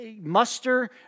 muster